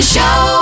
Show